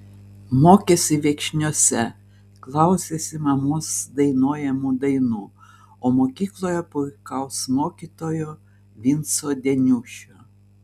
mokėsi viekšniuose klausėsi mamos dainuojamų dainų o mokykloje puikaus mokytojo vinco deniušio